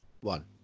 one